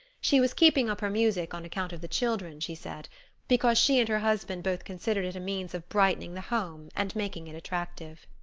she was keeping up her music on account of the children, she said because she and her husband both considered it a means of brightening the home and making it attractive.